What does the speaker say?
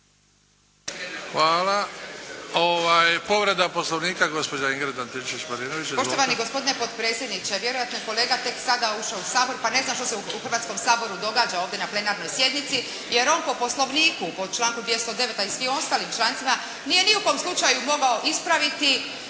Marinović, Ingrid (SDP)** Poštovani gospodine potpredsjedniče vjerojatno je kolega tek sada ušao u Sabor pa ne zna što se u Hrvatskom saboru događa ovdje na plenarnoj sjednici. Jer on po Poslovniku, po članku 209. a i svim ostalim člancima nije u kom slučaju mogao ispraviti,